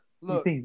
look